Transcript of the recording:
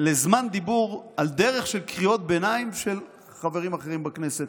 -- לזמן דיבור על דרך של קריאות ביניים של חברים אחרים בכנסת.